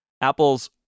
Apple's